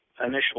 initial